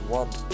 one